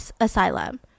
asylum